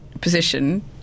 position